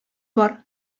бар